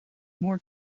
more